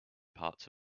parts